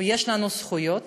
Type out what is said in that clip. ויש לנו זכויות,